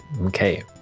Okay